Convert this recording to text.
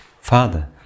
Father